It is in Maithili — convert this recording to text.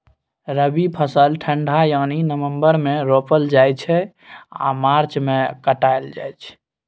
रबी फसल ठंढा यानी नवंबर मे रोपल जाइ छै आ मार्च मे कटाई छै